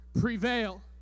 prevail